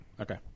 Okay